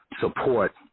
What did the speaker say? support